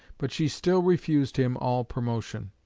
but she still refused him all promotion.